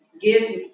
give